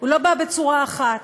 לא בא בצורה אחת,